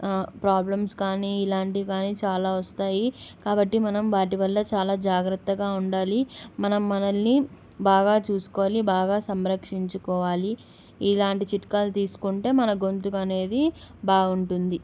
problems కానీ ఇలాంటివి కానీ చాలా వస్తాయి కాబట్టి మనం వాటి వల్ల చాలా జాగ్రత్తగా ఉండాలి మనం మనల్ని బాగా చూసుకోవాలి బాగా సంరక్షించుకోవాలి ఇలాంటి చిట్కాలు తీసుకుంటే మన గొంతుక అనేది బాగుంటుంది